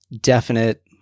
definite